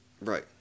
Right